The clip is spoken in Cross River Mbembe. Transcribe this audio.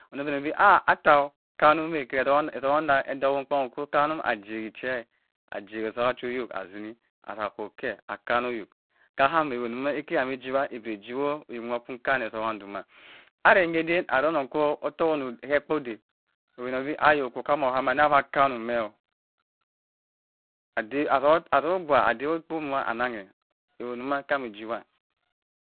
. Uwuno beheh bi ah atah kanemeh keh etogha dah ntokhu mkponkwu kanem ajehi cheh ajehe etogha cho oyok asine asakwokeh akanoyok kahameh ewuh keh ham mo ijibha eburo ijibho nwo kwu nkaneh etogha nduma areng eden aroh onung koh otogh ekpo odeh obeneh bi ayo okwo kah omohama mah kwa kanemeh ade atogha agbua adewe ekpo mma anenghe ewunduma kah meh ijibha.